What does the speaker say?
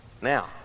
Now